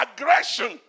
aggression